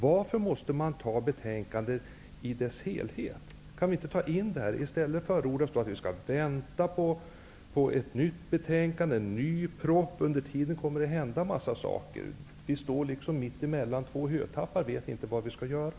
Varför måste man ta betänkandet i sin helhet? I stället förordas att man skall vänta på ett nytt betänkande, en ny proposition. Under tiden kommer mycket att hända. Vi står mellan två hötappar och vet inte vad vi skall göra.